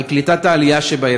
קליטת העלייה שבעיר,